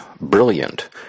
brilliant